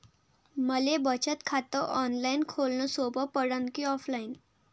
मले बचत खात ऑनलाईन खोलन सोपं पडन की ऑफलाईन?